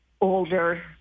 older